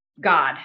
God